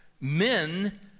men